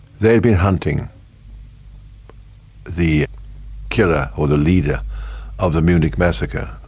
they'd been hunting the killer, or the leader of the munich massacre.